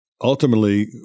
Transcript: ultimately